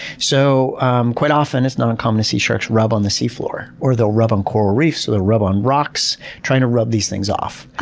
so um quite often, it's not uncommon to see sharks rub on the sea floor or they'll rub on coral reefs. they'll rub on rocks trying to rub these things off.